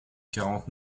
quarante